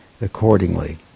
accordingly